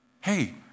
hey